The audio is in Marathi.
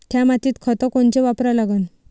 थ्या मातीत खतं कोनचे वापरा लागन?